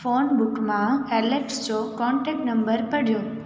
phone book मां Alex जो contact number पढ़ियो